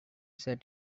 set